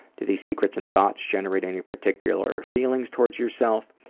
do these secrets and thoughts generate any particular feelings toward yourself?